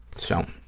so,